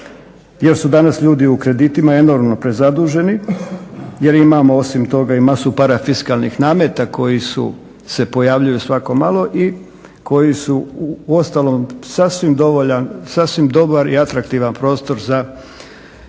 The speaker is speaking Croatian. jer su danas ljudi u kreditima enormno prezaduženi jer imamo osim toga i masu parafiskalnih nameta koji se pojavljuju svako malo i koji su uostalom sasvim dovoljan i dobar i atraktivan prostor za dušu